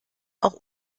auch